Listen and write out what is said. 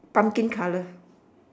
pumpkin color